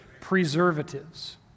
preservatives